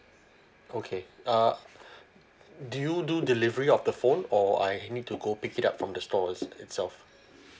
okay err do you do delivery of the phone or I need to go pick it up from the store it itself